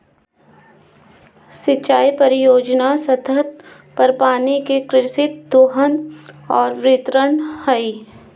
सिंचाई परियोजना स्तर पर पानी के कृत्रिम दोहन और वितरण हइ